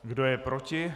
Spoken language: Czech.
Kdo je proti?